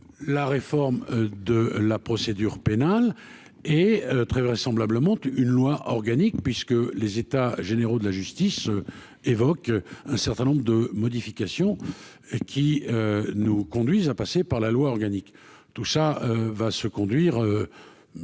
la réforme de la procédure pénale est très vraisemblablement une loi organique, puisque les états généraux de la justice évoque un certain nombre de modifications et qui nous conduisent à passer par la loi organique, tout ça va se conduire,